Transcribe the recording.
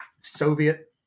Soviet